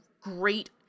great